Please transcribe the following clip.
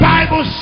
Bible